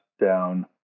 down